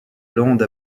lande